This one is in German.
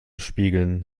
spiegeln